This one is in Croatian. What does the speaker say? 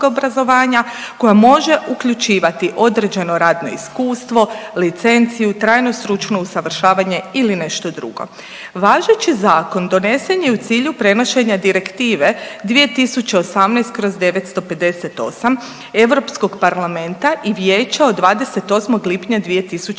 koja može uključivati određeno radno iskustvo, licenciju, trajno stručno usavršavanje ili nešto drugo. Važeći zakon donesen je u cilju prenošenja direktive 2018/958 Europskog parlamenta i Vijeća od 28. lipnja 2018.